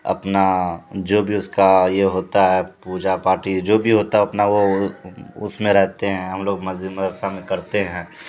اپنا جو بھی اس کا یہ ہوتا ہے پوجا پاٹھ جو بھی ہوتا ہے اپنا وہ اس میں رہتے ہیں ہم لوگ مسجد مدرسہ میں کرتے ہیں